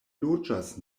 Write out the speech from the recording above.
loĝas